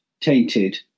tainted